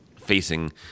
facing